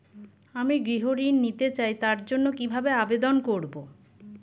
আমি গৃহ ঋণ নিতে চাই তার জন্য কিভাবে আবেদন করব?